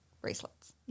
bracelets